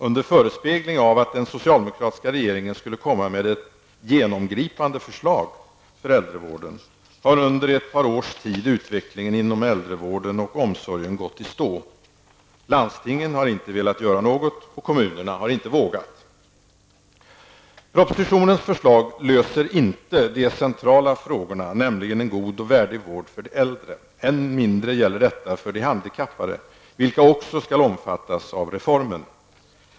Under förespegling av att den socialdemokratiska regeringen skulle komma med ett genomgripande förslag för äldrevården, har under ett par års tid utvecklingen inom äldrevården och omsorgen gått i stå. Landstingen har inte velat göra något och kommunerna har inte vågat. Propositionens förslag löser inte de centrala frågorna, nämligen de som handlar om en god och värdig vård för de äldre. Än mindre gäller detta för de handikappade, vilka också skall omfattas av reformen.